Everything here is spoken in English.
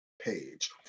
page